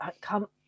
come